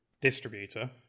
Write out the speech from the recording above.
distributor